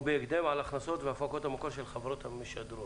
ובהקדם על הכנסות ועל הפקות המקור של החברות המשדרות.